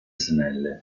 snelle